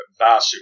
Vasu